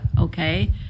okay